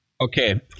okay